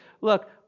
look